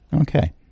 Okay